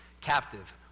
Captive